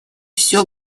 все